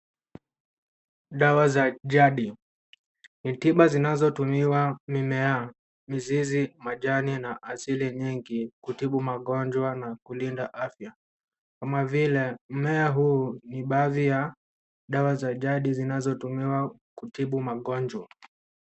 Dawa za jadi. Ni tiba zinazotumiwa, mimea, mizizi, majani na asili nyingi kutibu magonjwa na kulinda afya kama vile mmea huu ni baadhi ya dawa za jadi zinazotumiwa kutibu magonjwa.